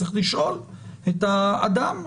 צריך לשאול את האדם.